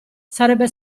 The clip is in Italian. sarebbe